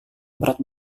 berat